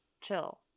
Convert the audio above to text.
chill